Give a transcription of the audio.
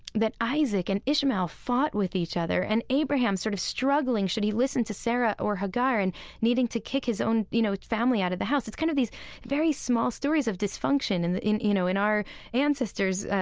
that isaac and ishmael fought with each other and abraham, sort of, struggling should he listen to sarah or hagar and needing to kick his own, you know, family out of the house. it's, kind of, these very small stories of dysfunction and dysfunction in, you know, in our ancestors',